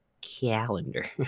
Calendar